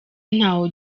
ntawe